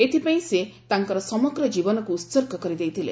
ଏଥିପାଇଁ ସେ ତାଙ୍କର ସମଗ୍ର ଜୀବନକୁ ଉତ୍ସର୍ଗ କରିଦେଇଥିଲେ